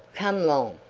come long.